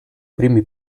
primi